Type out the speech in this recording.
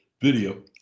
video